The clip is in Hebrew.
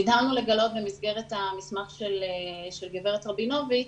נדהמנו לגלות במסגרת המסמך של גב' מריה רבינוביץ'